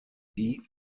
die